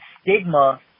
stigma